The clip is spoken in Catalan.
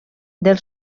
del